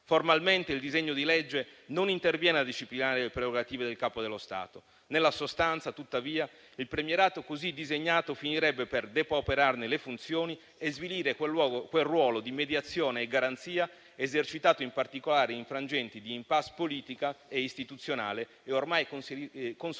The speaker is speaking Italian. Formalmente, il disegno di legge non interviene a disciplinare le prerogative del Capo dello Stato. Nella sostanza, tuttavia, il premierato così disegnato finirebbe per depauperarne le funzioni e svilire quel ruolo di mediazione e garanzia esercitato in particolare in frangenti di *impasse* politica e istituzionale e ormai consolidato